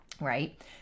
right